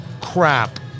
crap